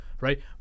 right